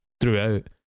throughout